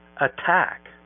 attack